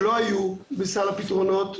שלא היו בסל הפתרונות,